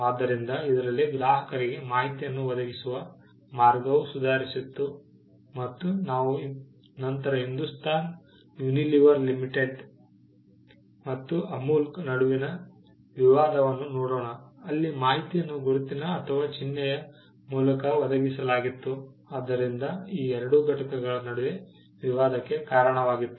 ಆದ್ದರಿಂದ ಇದರಲ್ಲಿ ಗ್ರಾಹಕರಿಗೆ ಮಾಹಿತಿಯನ್ನು ಒದಗಿಸುವ ಮಾರ್ಗವೂ ಸುಧಾರಿಸಿತು ಮತ್ತು ನಾವು ನಂತರ ಹಿಂದೂಸ್ತಾನ್ ಯೂನಿಲಿವರ್ ಲಿಮಿಟೆಡ್ ಮತ್ತು ಅಮುಲ್ ನಡುವಿನ ವಿವಾದವನ್ನು ನೋಡೋಣ ಅಲ್ಲಿ ಮಾಹಿತಿಯನ್ನು ಗುರುತಿನ ಅಥವಾ ಚಿಹ್ನೆಯ ಮೂಲಕ ಒದಗಿಸಲಾಗಿತ್ತು ಆದ್ದರಿಂದ ಈ ಎರಡು ಘಟಕಗಳ ನಡುವೆ ವಿವಾದಕ್ಕೆ ಕಾರಣವಾಯಿತು